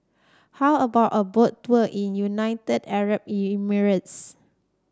how about a Boat Tour in United Arab Emirates